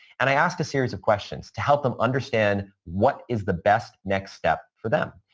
and i ask a series of questions to help them understand what is the best next step for them.